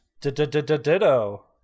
Ditto